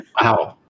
Wow